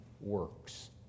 works